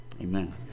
Amen